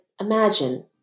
imagine